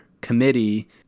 committee